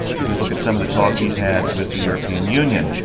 if you look at some of the talks he's had with the european union,